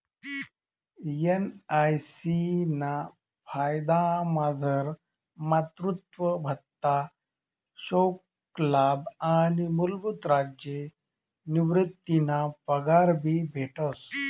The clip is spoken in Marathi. एन.आय.सी ना फायदामझार मातृत्व भत्ता, शोकलाभ आणि मूलभूत राज्य निवृतीना पगार भी भेटस